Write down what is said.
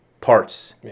parts